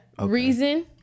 Reason